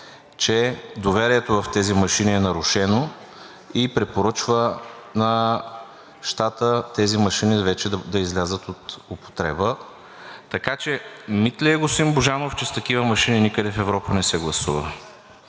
че доверието в тези машини е нарушено, и препоръчва на щата тези машини вече да излязат от употреба? Така че мит ли е, господин Божанов, че с такива машини никъде в Европа не се гласува?